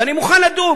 ואני מוכן לדון.